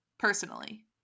Personally